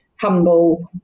humble